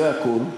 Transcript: זה הכול,